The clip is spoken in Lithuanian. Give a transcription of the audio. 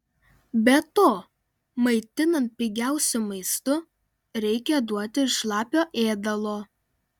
be to maitinant pigiausiu maistu reikia duoti ir šlapio ėdalo